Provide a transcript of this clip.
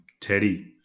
Teddy